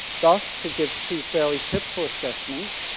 thus, to give two fairly typical assessments,